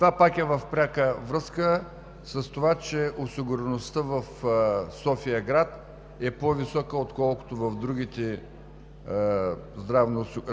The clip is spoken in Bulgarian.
което пак е в пряка връзка, че осигуреността в София-град е по-висока, отколкото в другите